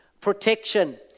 protection